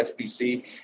SBC